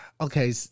okay